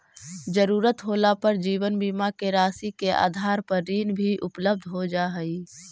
ज़रूरत होला पर जीवन बीमा के राशि के आधार पर ऋण भी उपलब्ध हो जा हई